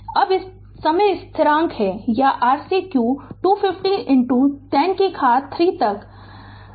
अब समय स्थिरांक RCq 250 10 से घात 3 तक किलो Ω है